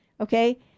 Okay